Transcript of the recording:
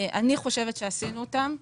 אני חושבת שעשינו אותם.